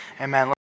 Amen